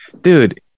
dude